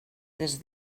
des